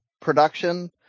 production